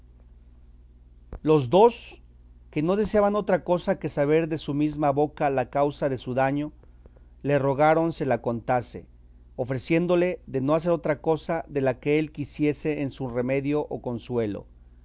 los dos que no deseaban otra cosa que saber de su mesma boca la causa de su daño le rogaron se la contase ofreciéndole de no hacer otra cosa de la que él quisiese en su remedio o consuelo